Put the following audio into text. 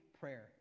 prayer